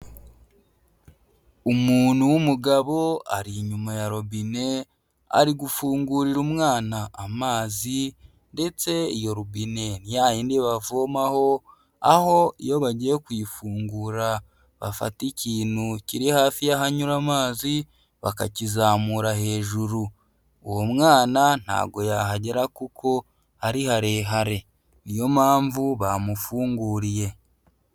Umuntu w'umugabo ari inyuma ya robine ari gufungurira umwana amazi ndetse iyo robine ya yindi bavomaho, aho iyo bagiye kuyifungura bafata ikintu kiri hafi y'ahanyura amazi bakakizamura hejuru, uwo mwana ntago yahagera kuko ari harehare niyo mpamvu bamufunguriye.